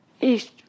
East